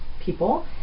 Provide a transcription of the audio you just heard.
people